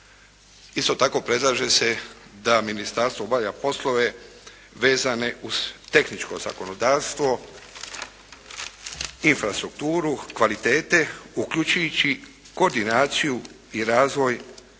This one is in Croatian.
Isto tako, predlaže se, da ministarstvo obavlja poslove vezane uz tehničko zakonodavstvo, infrastrukturu, kvalitete, uključujući koordinaciju i razvoj